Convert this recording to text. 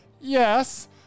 Yes